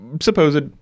supposed